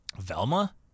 Velma